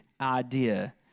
idea